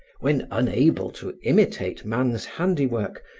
when unable to imitate man's handiwork,